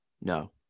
No